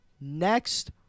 next